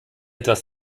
etwas